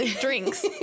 drinks